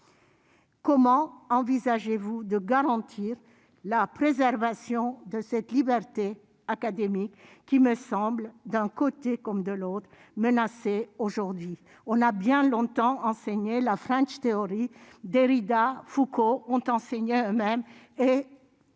comment envisagez-vous de garantir la préservation de cette liberté académique qui me semble d'un côté comme de l'autre menacé aujourd'hui, on a bien longtemps enseigné la French Theory Derrida, Foucault ont enseigné eux-mêmes et